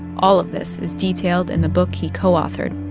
all of this is detailed in the book he co-authored